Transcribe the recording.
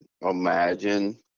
imagine